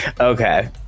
okay